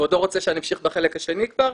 כבודו רוצה שאני אמשיך בחלק השני כבר?